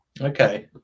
Okay